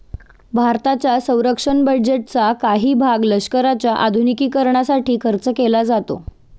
भारताच्या संरक्षण बजेटचा काही भाग लष्कराच्या आधुनिकीकरणासाठी खर्च केला जातो